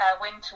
winter